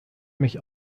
mich